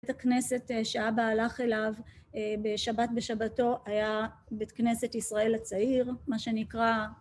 בית הכנסת שאבא הלך אליו בשבת בשבתו היה בית כנסת ישראל הצעיר, מה שנקרא